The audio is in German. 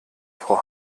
frau